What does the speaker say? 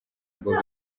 ngo